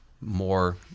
more